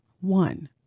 One